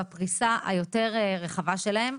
בפריסה היותר רחבה שלהם,